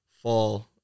fall